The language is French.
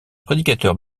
prédicateur